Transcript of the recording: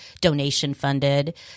donation-funded